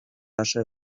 ase